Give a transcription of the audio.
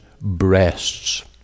breasts